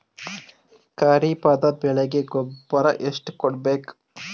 ಖರೀಪದ ಬೆಳೆಗೆ ಗೊಬ್ಬರ ಎಷ್ಟು ಕೂಡಬೇಕು?